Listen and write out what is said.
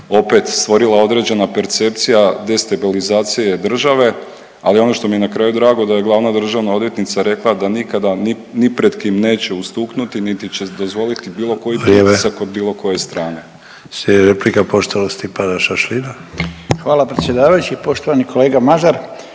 opet stvorila određena percepcija destabilizacije države, ali ono što mi je na kraj drago, da je glavna državna odvjetnica rekla da nikada ni pred kim neće ustuknuti niti će dozvoliti bilo koji pritisak .../Upadica: